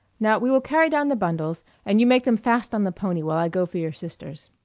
now we will carry down the bundles, and you make them fast on the pony while i go for your sisters.